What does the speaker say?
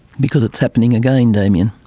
because it's happening again, damien.